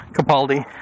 Capaldi